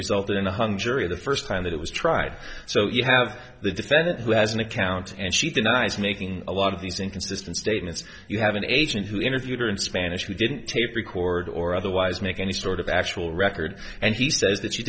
resulted in a hung jury the first time that it was tried so you have the defendant who has an account and she denies making a lot of these inconsistent statements you have an agent who interviewed her in spanish she didn't tape record or otherwise make any sort of actual record and he says that